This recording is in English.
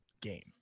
game